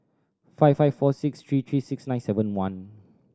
five five four six three three six nine seven one